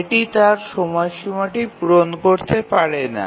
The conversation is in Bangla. এটি তার সময়সীমাটি পূরণ করতে পারে না